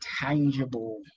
tangible